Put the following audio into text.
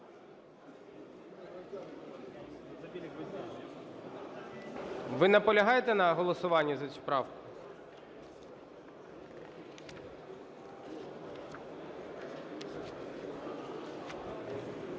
Ви наполягаєте на голосуванні за цю правку?